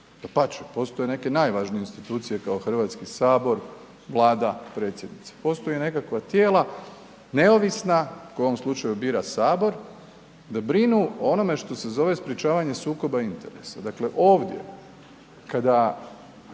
dapače, postoje neke najvažnije institucije kao Hrvatski sabor, Vlada, predsjednica, postoje nekakva tijela neovisna koja u ovom slučaju bira Sabor da brinu o onome što se zove sprečavanje sukoba interesa. Dakle, ovdje kada